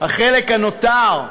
החלק הנותר,